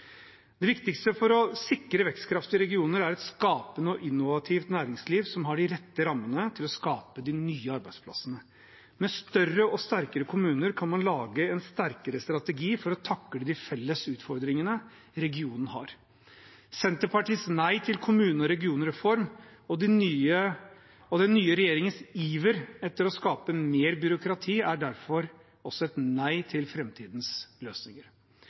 Det viktigste for å sikre vekstkraftige regioner er et skapende og innovativt næringsliv, som har de rette rammene til å skape de nye arbeidsplassene. Med større og sterkere kommuner kan man lage en sterkere strategi for å takle de felles utfordringene regionene har. Senterpartiets nei til kommune- og regionreform og den nye regjeringens iver etter å skape mer byråkrati er derfor også et nei til framtidens løsninger.